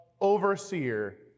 overseer